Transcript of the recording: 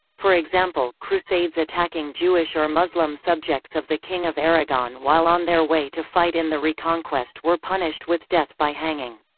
for example, crusades attacking jewish or muslim subjects of the king of aragon while on their way to fight in the reconquest were punished with death by hanging.